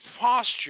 posture